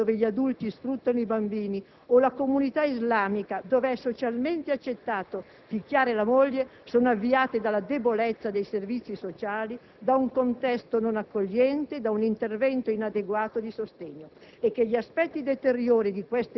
(siano esse un campo nomadi, dove gli adulti fruttano i bambini, o la comunità islamica, dove è socialmente accettato picchiare la moglie) siano avviate dalla debolezza dei servizi sociali, da un contesto non accogliente, da un intervento inadeguato di sostegno